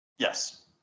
Yes